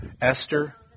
Esther